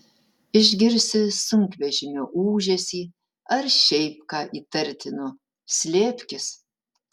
išgirsi sunkvežimio ūžesį ar šiaip ką įtartino slėpkis